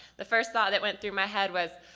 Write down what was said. the first thought that went through my head was,